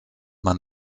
man